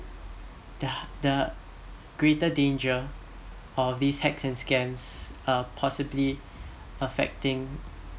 uh the greater danger of this hacks and scams uh possibly affecting